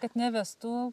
kad nevestų